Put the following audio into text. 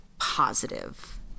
positive